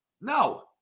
No